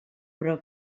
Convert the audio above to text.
però